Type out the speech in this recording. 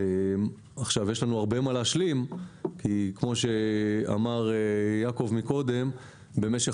יש לנו הרבה מה להשלים כי כמו שאמר יעקב מרגי קודם במשך